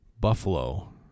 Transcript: Buffalo